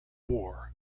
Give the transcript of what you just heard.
war